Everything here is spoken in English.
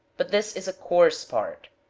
but this is a coarse part.